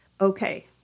Okay